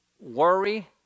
worry